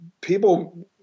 people